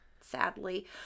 sadly